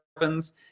weapons